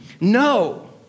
No